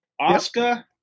Oscar